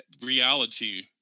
reality